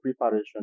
preparation